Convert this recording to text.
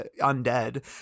undead